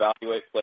evaluate